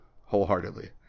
wholeheartedly